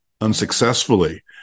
unsuccessfully